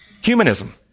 Humanism